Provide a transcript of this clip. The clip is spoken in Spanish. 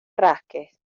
rasques